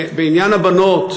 בעניין הבנות,